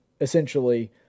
essentially